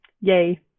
Yay